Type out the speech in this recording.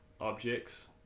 objects